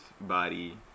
body